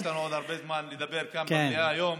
יש לנו עוד הרבה זמן לדבר כאן במליאה היום.